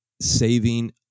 saving